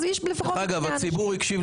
דוגמה היפותטית,